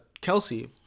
Kelsey